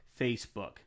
facebook